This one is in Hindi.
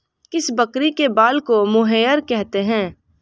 किस बकरी के बाल को मोहेयर कहते हैं?